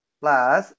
plus